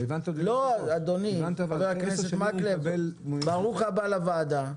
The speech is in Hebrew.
חבר הכנסת מקלב, ברוך הבא לוועדה.